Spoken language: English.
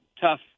tough